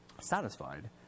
satisfied